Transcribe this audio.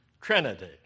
Trinity